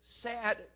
sad